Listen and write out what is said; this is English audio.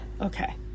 okay